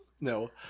No